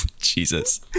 Jesus